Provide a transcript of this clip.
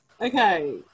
Okay